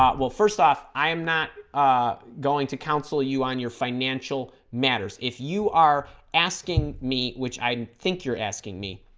well first off i am not going to counsel you on your financial matters if you are asking me which i think you're asking me